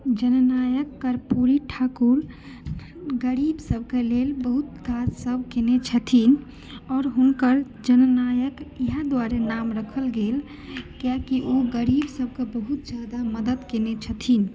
जननायक कर्पूरी ठाकुर गरीबसभके लेल बहुत काज सभ कयने छथिन आओर हुनकर जननायक इएह द्वारे नाम रखल गेल कियाकी ओ गरीबसभक बहुत ज्यादा मदद कयने छथिन